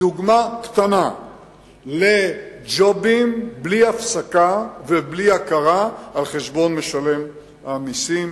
דוגמה קטנה לג'ובים בלי הפסקה ובלי הכרה על-חשבון משלם המסים.